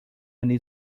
need